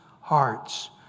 hearts